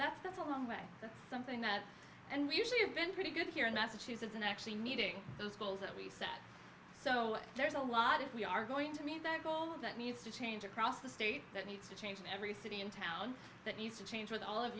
that's that's a long way to something that and we usually have been pretty good here in massachusetts and actually meeting those goals that we set so there's a lot if we are going to meet that goal that needs to change across the state that needs to change in every city and town that needs to change with all of